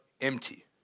empty